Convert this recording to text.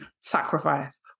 sacrifice